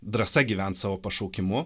drąsa gyvent savo pašaukimu